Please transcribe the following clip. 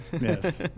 Yes